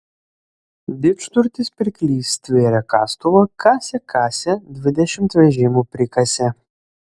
didžturtis pirklys stvėrė kastuvą kasė kasė dvidešimt vežimų prikasė